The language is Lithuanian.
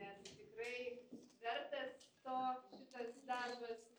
nes tikrai vertas to šitas darbas